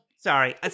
Sorry